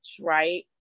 right